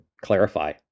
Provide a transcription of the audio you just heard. clarify